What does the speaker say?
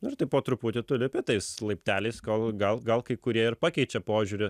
nu ir taip po truputį tu lipi tais laipteliais kol gal gal kai kurie ir pakeičia požiūrį